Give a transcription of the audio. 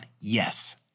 Yes